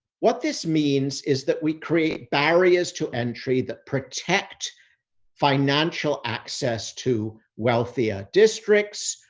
what this means is that we create barriers to entry that protect financial access to wealthier districts,